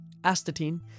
Astatine